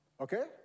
Okay